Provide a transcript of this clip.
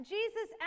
Jesus